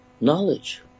knowledge